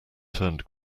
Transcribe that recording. turned